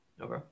Okay